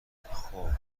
خوب